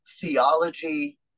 theology